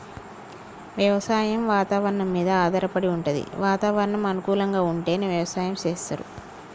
వ్యవసాయం వాతవరణం మీద ఆధారపడి వుంటది వాతావరణం అనుకూలంగా ఉంటేనే వ్యవసాయం చేస్తరు